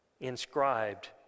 inscribed